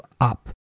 up